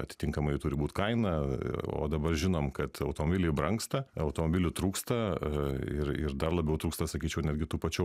atitinkamai jų turi būt kaina o dabar žinom kad automobiliai brangsta automobilių trūksta ir ir dar labiau trūksta sakyčiau netgi tų pačių